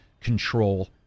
control